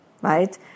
right